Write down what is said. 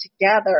together